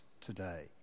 today